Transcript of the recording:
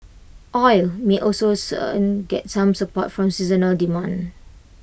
oil may also soon get some support from seasonal demand